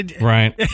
Right